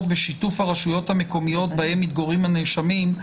בשיתוף הרשויות המקומיות בהן מתגוררים הנאשמים,